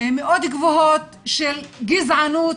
מאוד גבוהות של גזענות,